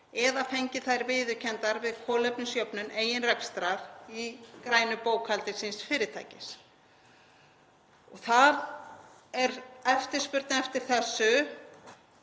eða fengið þær viðurkenndar við kolefnisjöfnun eigin rekstrar í grænu bókhaldi síns fyrirtækis. Eftirspurn eftir þessu